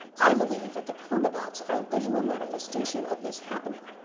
i believe that the chroma dots are the visual manifestations of this happening.